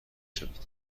شوید